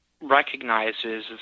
recognizes